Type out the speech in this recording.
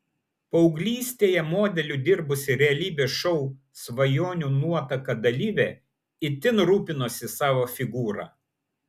paauglystėje modeliu dirbusi realybės šou svajonių nuotaka dalyvė itin rūpinosi savo figūra